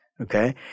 Okay